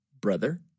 brother